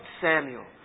Samuel